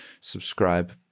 subscribe